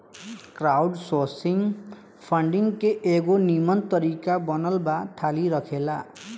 crowdsourcing funding के एगो निमन तरीका बनल बा थाती रखेला